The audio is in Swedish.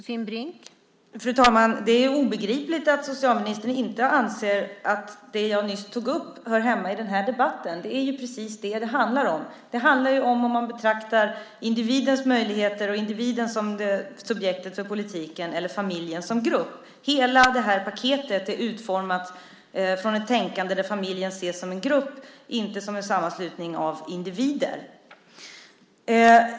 Fru talman! Det är obegripligt att socialministern inte anser att det jag nyss tog upp hör hemma i den här debatten. Det är precis vad det handlar om. Det handlar om man betraktar individens möjligheter och individen eller familjen som grupp som subjekt för politiken. Hela paketet är utformat från ett tänkande där familjen ses som en grupp, inte som en sammanslutning av individer.